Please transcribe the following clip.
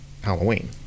Halloween